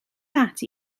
ati